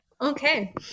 Okay